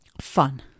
fun